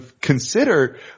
consider